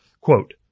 quote